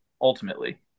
ultimately